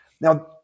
Now